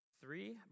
Three